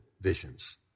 visions